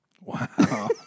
Wow